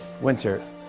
winter